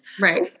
Right